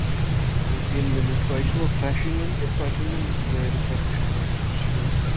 fourteen میلیو تۄہہِ چھُوا فرٮ۪شٕے نیُن کِنہٕ تۄہہِ چھُو نیُن یہِ رِفٔربِشٕڈ وغیرہ چھُ یِوان